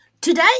Today